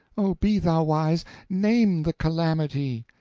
oh, be thou wise name the calamity!